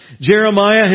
Jeremiah